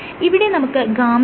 ഇവിടെ നമുക്ക് γ യുണ്ട്